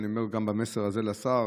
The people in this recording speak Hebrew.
אני אומר את המסר הזה גם לשר,